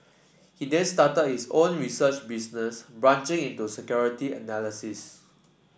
he then started his own research business branching into securities analysis